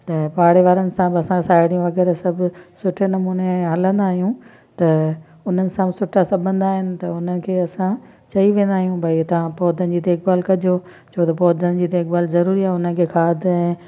ऐं पाड़े वारन सां असां साहेड़ियूं वग़ैरह सभु सुठे नमूने हलंदा आहियूं त उन्हनि सां सुठा सभंदा आहिनि त उन्हनि खे असां चई वेंदा आहियूं भई तव्हां पौधनि जी देखभाल कजो छो त पौधनि जी देखभाल ज़रूरी आहे उन्हनि खे खाद ऐं